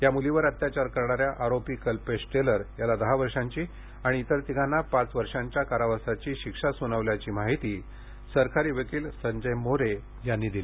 या मूलीवर अत्याचार करणाऱ्या आरोपी कल्पेश टेलर याला दहा वर्षांची आणि इतर तिघांना पाच वर्षांच्या कारावासाची शिक्षा सूनावल्याची माहिती सरकारी वकील संजय मोरे यांनी दिली